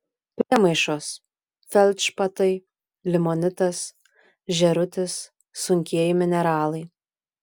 priemaišos feldšpatai limonitas žėrutis sunkieji mineralai